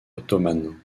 ottomane